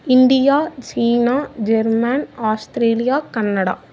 India Germany Germany Australia Canada